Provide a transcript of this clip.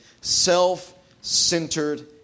self-centered